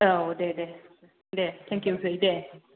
औ दे दे टेंकिउ दे